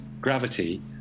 gravity